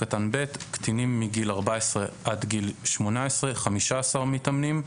קטינים מגיל 14 עד גיל 18 15 מתאמנים,